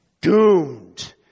Doomed